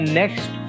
next